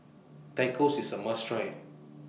Tacos IS A must Try